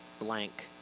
blank